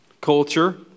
Culture